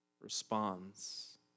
responds